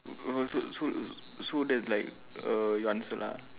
uh so so so that like uh your answer lah